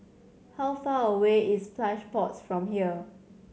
how far away is Plush Pods from here